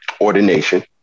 ordination